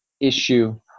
issue